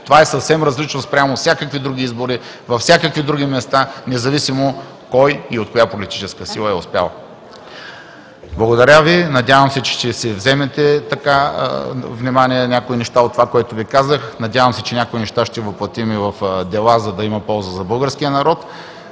Това е съвсем различно спрямо всякакви други избори, във всякакви други места, независимо кой и от коя политическа сила е успял. Надявам се, че ще вземете под внимание някои неща от това, което Ви казах. Надявам се, че някои неща ще въплътим в дела, за да има полза за българския народ.